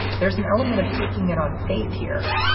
there's an element of taking it on faith here.